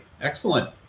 excellent